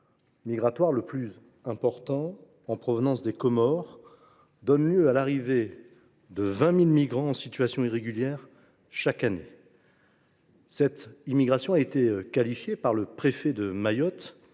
qui est le plus important, en provenance des Comores, donne lieu à l’arrivée d’environ 20 000 migrants en situation irrégulière chaque année. Cette immigration, qualifiée par le préfet de Mayotte